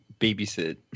babysit